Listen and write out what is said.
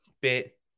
bit